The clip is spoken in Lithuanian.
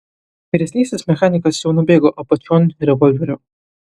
vyresnysis mechanikas jau nubėgo apačion revolverio